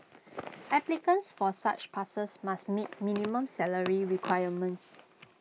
applicants for such passes must meet minimum salary requirements